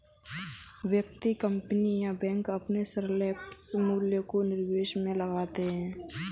व्यक्ति, कंपनी या बैंक अपने सरप्लस मूल्य को निवेश में लगाते हैं